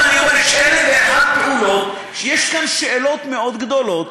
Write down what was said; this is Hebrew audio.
יש אלף ואחת פעולות שיש כאן שאלות מאוד גדולות,